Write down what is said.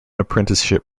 apprenticeship